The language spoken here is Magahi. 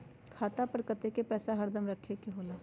खाता पर कतेक पैसा हरदम रखखे के होला?